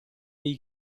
dei